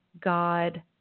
God